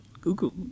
Google